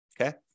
okay